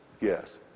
Yes